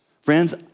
Friends